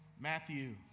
Matthew